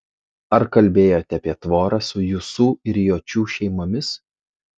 ar kalbėjote apie tvorą su jusų ir jočių šeimomis